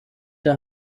der